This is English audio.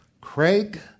Craig